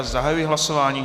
Zahajuji hlasování.